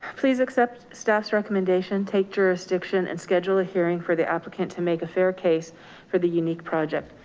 please accept staff's recommendation, take jurisdiction and schedule a hearing for the applicant to make a fair case for the unique project.